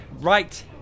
right